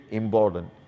important